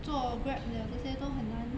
做 Grab 的这些都很难